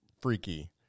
freaky